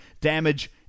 damage